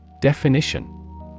Definition